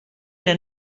era